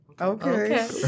Okay